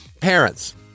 Parents